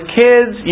kids